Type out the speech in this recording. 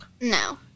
No